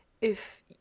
If